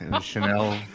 Chanel